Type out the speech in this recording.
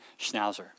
schnauzer